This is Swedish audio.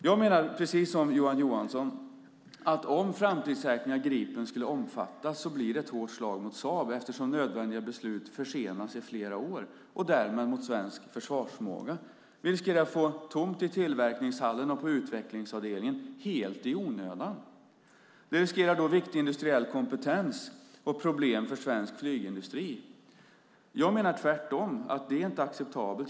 Jag menar precis som Johan Johansson att om framtidssäkringen av Gripen skulle omfattas blir det ett hårt slag mot Saab, eftersom nödvändiga beslut försenas i flera år, och därmed mot svensk försvarsförmåga. Vi riskerar att få tomt i tillverkningshallen och på utvecklingsavdelningen helt i onödan. Vi riskerar då viktig industriell kompetens och problem för svensk flygindustri. Jag menar tvärtom att det inte är acceptabelt.